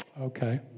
Okay